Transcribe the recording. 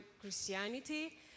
christianity